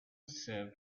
serves